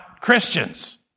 Christians